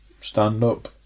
stand-up